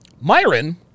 Myron